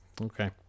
Okay